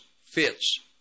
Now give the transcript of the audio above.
fits